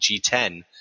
G10